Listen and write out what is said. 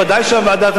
ודאי שוועדת השרים,